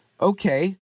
okay